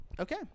Okay